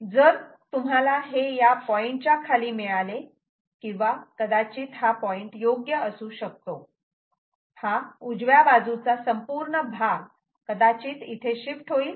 जर तुम्हाला हे या पॉईंट च्या खाली मिळाले किंवा कदाचित हा पॉईंट योग्य असू शकतो हा उजव्या बाजूचा संपूर्ण भाग कदाचित इथे शिफ्ट होईल